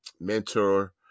Mentor